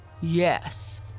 Yes